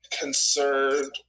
concerned